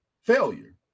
failure